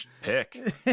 pick